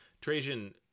Trajan